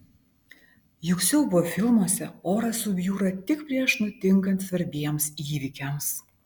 juk siaubo filmuose oras subjūra tik prieš nutinkant svarbiems įvykiams